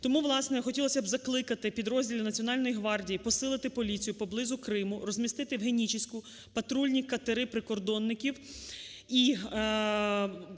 Тому, власне, хотілося б закликати підрозділи Національної гвардії посилити поліцію поблизу Криму, розмістити в Генічеську патрульні катери прикордонників і